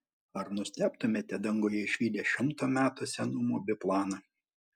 ar nustebtumėte danguje išvydę šimto metų senumo biplaną